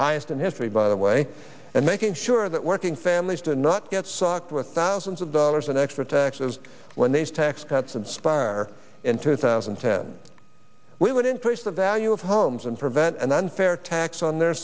highest in history by the way and making sure that working families did not get socked with thousands of dollars in extra taxes when these tax cuts inspire in two thousand and ten we would increase the value of homes and prevent an unfair tax on their